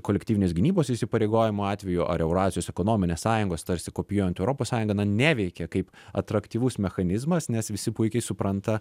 kolektyvinės gynybos įsipareigojimo atveju ar eurazijos ekonominės sąjungos tarsi kopijuojant europos sąjungą na neveikia kaip atraktyvus mechanizmas nes visi puikiai supranta